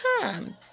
time